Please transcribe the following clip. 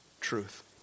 truth